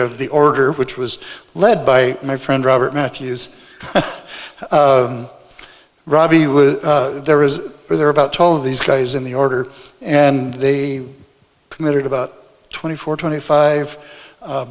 of the order which was led by my friend robert matthews robbie was there is there about toll of these guys in the order and they committed about twenty four twenty five